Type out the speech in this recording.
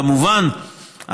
כמובן,